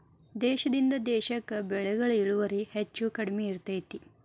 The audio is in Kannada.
ದೇಶದಿಂದ ದೇಶಕ್ಕೆ ಬೆಳೆಗಳ ಇಳುವರಿ ಹೆಚ್ಚು ಕಡಿಮೆ ಇರ್ತೈತಿ